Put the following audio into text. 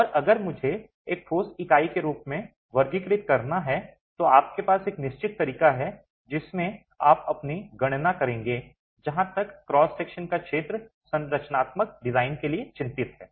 और अगर मुझे एक ठोस इकाई के रूप में वर्गीकृत करना है तो आपके पास एक निश्चित तरीका है जिसमें आप अपनी गणना करेंगे जहां तक क्रॉस सेक्शन का क्षेत्र संरचनात्मक डिजाइन के लिए चिंतित है